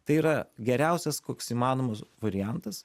tai yra geriausias koks įmanomas variantas